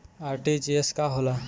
RTGS का होला?